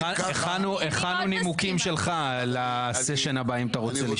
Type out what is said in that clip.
הכנו נימוקים שלך ל"סשן" הבא אם אתה רוצה לשמוע.